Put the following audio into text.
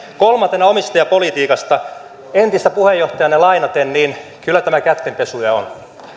kolmantena omistajapolitiikasta entistä puheenjohtajaanne lainaten kyllä tämä kättenpesuja on